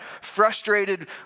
frustrated